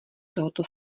tohoto